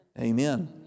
Amen